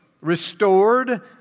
Restored